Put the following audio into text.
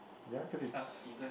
ya cause it's